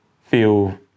feel